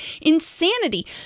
insanity